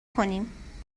کنیم